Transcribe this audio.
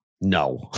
No